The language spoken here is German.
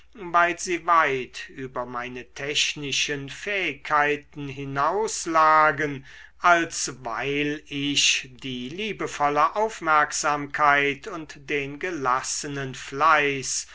weil sie weit über meine technischen fähigkeiten hinauslagen als weil ich die liebevolle aufmerksamkeit und den gelassenen fleiß